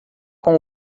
com